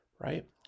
Right